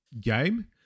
game